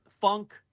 Funk